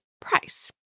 price